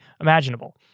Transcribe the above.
imaginable